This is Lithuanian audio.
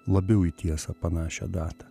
labiau į tiesą panašią datą